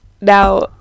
Now